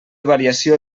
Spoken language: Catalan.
variació